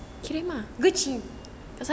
Gucci